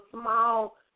small